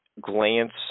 glance